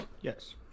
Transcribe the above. yes